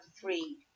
three